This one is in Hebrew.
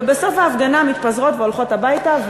ובסוף ההפגנה מתפזרות והולכות הביתה,